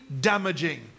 damaging